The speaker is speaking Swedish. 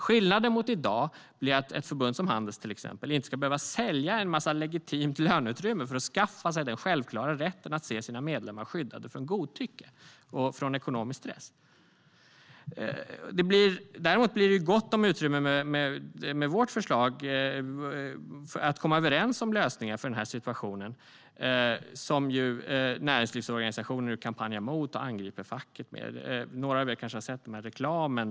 Skillnaden mot i dag blir att ett förbund som Handels inte ska behöva sälja en massa legitimt löneutrymme för att skaffa sig den självklara rätten att se sina medlemmar skyddade från godtycke och ekonomisk stress. Däremot blir det gott om utrymme med vårt förslag att komma överens om lösningar för denna situation. Det är något som näringslivsorganisationer nu kampanjar mot och angriper facket med. Några av er har kanske sett reklamen.